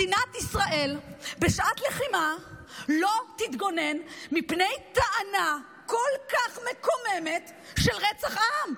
מדינת ישראל בשעת לחימה לא תתגונן מפני טענה כל כך מקוממת של רצח עם,